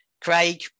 Craig